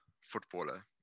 footballer